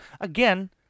Again